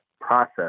process